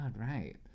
right